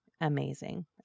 amazing